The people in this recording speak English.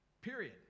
Period